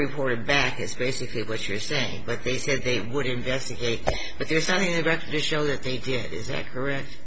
reported back is basically what you're saying but they said they would investigate but there's not a record to show that they did is it correct